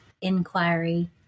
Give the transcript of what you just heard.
inquiry